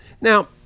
Now